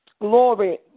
Glory